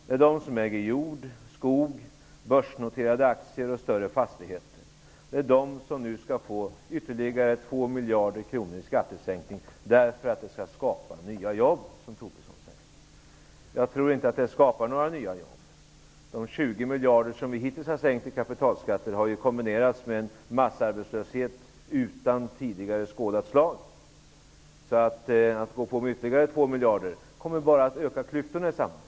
Det är de som äger jord, skog, börsnoterade aktier och större fastigheter som nu skall få ytterligare 2 miljarder kronor i skattesänkning därför att det skall skapa nya jobb, som Tobisson säger. Jag tror inte att det skapar några nya jobb. De 20 miljarder som vi hittills har sänkt kapitalskatterna med har ju kombinerats med en massarbetslöshet av tidigare icke skådat slag. Att gå på med ytterligare 2 miljarder kommer bara att öka klyftorna i samhället.